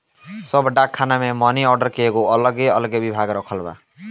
सब डाक खाना मे मनी आर्डर के एगो अलगे विभाग रखल बा